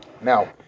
Now